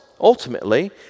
Ultimately